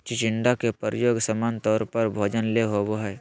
चिचिण्डा के प्रयोग सामान्य तौर पर भोजन ले होबो हइ